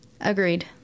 Agreed